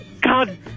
God